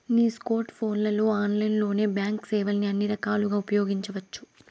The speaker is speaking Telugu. నీ స్కోర్ట్ ఫోన్లలో ఆన్లైన్లోనే బాంక్ సేవల్ని అన్ని రకాలుగా ఉపయోగించవచ్చు